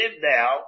now